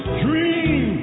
dream